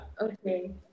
Okay